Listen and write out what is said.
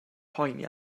poeni